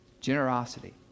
Generosity